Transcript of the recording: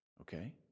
Okay